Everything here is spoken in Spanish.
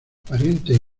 parientes